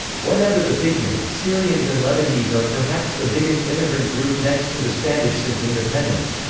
whatever the figure, syrians and lebanese are perhaps the biggest immigrant group next to the spanish since independence.